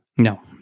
no